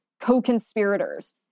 co-conspirators